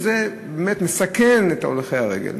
וזה באמת מסכן את הולכי הרגל.